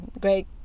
great